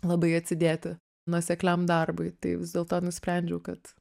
labai atsidėti nuosekliam darbui tai vis dėlto nusprendžiau kad